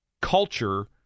culture